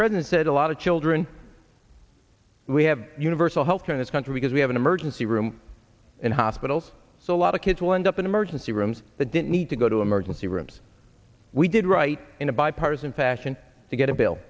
president said a lot of children we have universal health care in this country because we have an emergency room in hospitals so a lot of kids will end up in emergency rooms that didn't need to go to emergency rooms we did write in a bipartisan fashion to get a bill